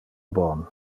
bon